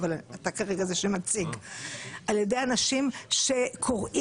אבל אתה כרגע זה שמציג על-ידי אנשים שקוראים